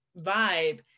vibe